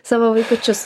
savo vaikučius